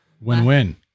Win-win